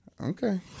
okay